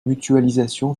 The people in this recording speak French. mutualisation